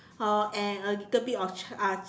uh and a little bit of ch~ uh